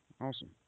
Awesome